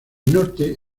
norte